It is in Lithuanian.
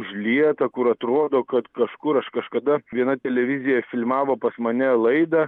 užlieta kur atrodo kad kažkur aš kažkada viena televizija filmavo pas mane laidą